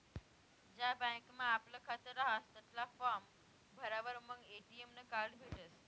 ज्या बँकमा आपलं खातं रहास तठला फार्म भरावर मंग ए.टी.एम नं कार्ड भेटसं